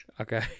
Okay